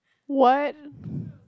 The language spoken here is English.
what